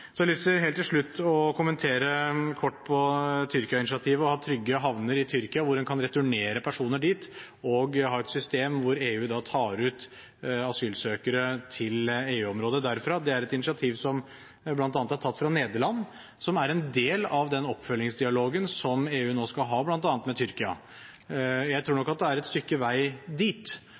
Så har jeg helt til slutt lyst til å kommentere kort Tyrkia-initiativet, å ha trygge havner i Tyrkia som en kan returnere personer til, og å ha et system hvor EU tar ut asylsøkere til EU-området derfra. Det er et initiativ som bl.a. er tatt av Nederland, som en del av den oppfølgingsdialogen som EU nå skal ha, bl.a. med Tyrkia. Jeg tror nok at det er et stykke vei dit,